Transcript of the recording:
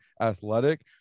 athletic